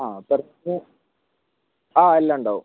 ആ per head ആ എല്ലാമുണ്ടാകും